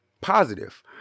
positive